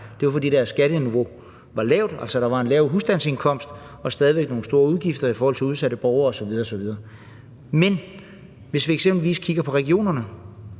er jo, fordi deres skatteniveau var lavt. Altså, der var en lav husstandsindkomst og stadig væk nogle store udgifter i forhold til udsatte borgere osv. osv. Men hvis vi eksempelvis kigger på regionerne,